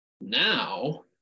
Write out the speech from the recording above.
now